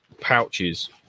pouches